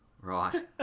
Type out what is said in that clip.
Right